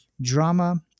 drama